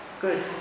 Good